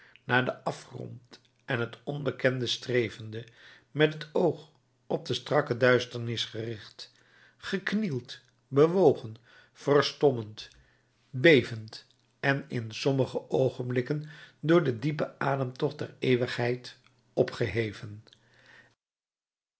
naar den afgrond en het onbekende strevende met het oog op de strakke duisternis gericht geknield bewogen verstommend bevend en in sommige oogenblikken door de diepe ademtocht der eeuwigheid opgeheven